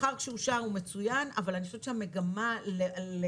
השכר שאושר הוא מצוין אבל אני חושבת שהמגמה לעודד